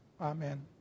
Amen